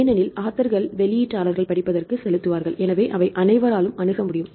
ஏனெனில் ஆதர்கள் வெளியீட்டார்கள் படிப்பதற்கு செலுத்துவார்கள் எனவே அவை அனைவராலும் அணுக முடியும்